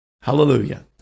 Hallelujah